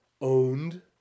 owned